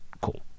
Cool